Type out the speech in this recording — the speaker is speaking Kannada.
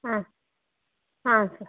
ಹಾಂ ಹಾಂ ಸರ್